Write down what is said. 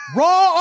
raw